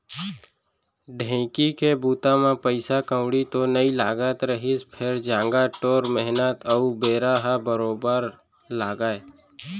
ढेंकी के बूता म पइसा कउड़ी तो नइ लागत रहिस फेर जांगर टोर मेहनत अउ बेरा ह बरोबर लागय